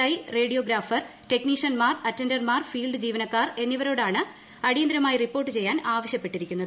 I radiographer ടെക്നിഷ്യൻമാർ അറ്റൻർമാർ field ജീവനക്കാർ എന്നിവരോടാണ് അടിയന്തരമായി റിപ്പോർട്ട് ചെയ്യാൻ ആവശ്യപ്പെട്ടിരിക്കുന്നത്